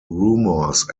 rumours